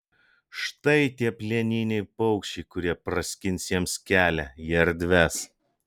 štai tie plieniniai paukščiai kurie praskins jiems kelią į erdves